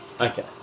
Okay